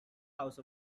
house